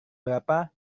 berapa